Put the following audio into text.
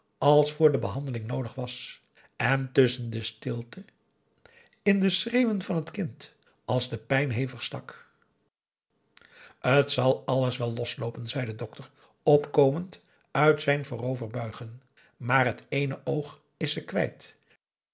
als voor de behandeling noodig was en tusschen de stilte in de schreeuwen van het kind als de pijn hevig stak t zal alles wel losloopen zei de dokter opkomend uit zijn voorover buigen maar het ééne oog is ze kwijt